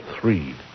three